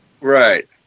Right